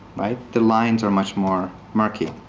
the lines are much more murky.